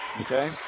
Okay